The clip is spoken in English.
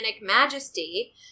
Majesty